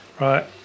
right